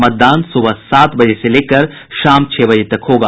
मतदान सुबह सात बजे से लेकर शाम छह बजे तक होगा